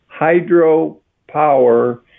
hydropower